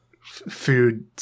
food